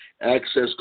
access